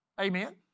Amen